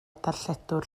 darlledwr